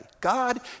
God